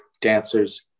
dancers